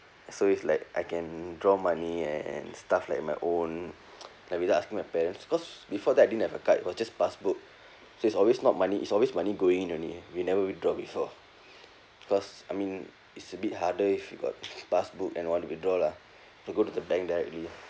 so it's like I can draw money and stuff like my own like without asking my parents cause before that I didn't have a card it was just passbook so it's always not money is always money going in only we never withdraw before because I mean it's a bit harder if you got passbook and want to withdraw lah have to go to the bank directly